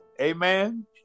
amen